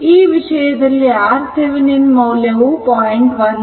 ಈ ವಿಷಯದಲ್ಲಿ RThevenin ಮೌಲ್ಯವು 0